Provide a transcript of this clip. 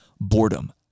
boredom